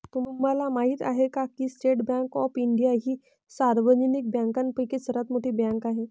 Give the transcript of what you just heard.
तुम्हाला माहिती आहे का की स्टेट बँक ऑफ इंडिया ही सार्वजनिक बँकांपैकी सर्वात मोठी बँक आहे